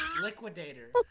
Liquidator